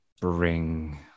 bring